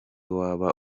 waba